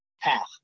path